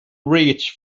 reach